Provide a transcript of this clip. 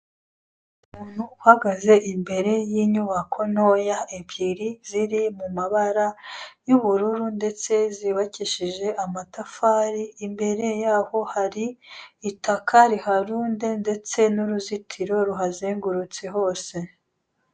Umuntu uhagaze imbere y'inyubako ntoya ebyiri ziri mu mabara y'ubururu ndetse zubakishije amatafari, imbere yaho hari itaka riharunze ndetse n'uruzitiro ruhazengurutse hose.